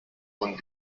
und